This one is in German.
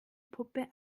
puppe